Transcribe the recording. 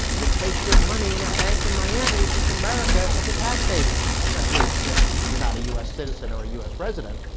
you place your money in a bank in miami, since america as a tax haven at least if you're not a u s. citizens or a u s. resident.